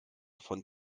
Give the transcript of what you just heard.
von